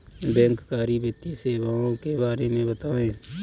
बैंककारी वित्तीय सेवाओं के बारे में बताएँ?